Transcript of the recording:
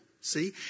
see